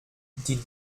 die